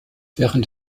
während